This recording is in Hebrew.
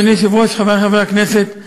אדוני היושב-ראש, חברי חברי הכנסת,